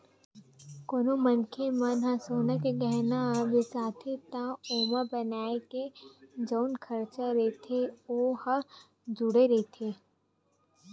कोनो मनखे मन ह सोना के गहना बिसाथे त ओमा बनाए के जउन खरचा रहिथे ओ ह जुड़े रहिथे